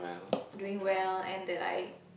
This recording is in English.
doing well and that I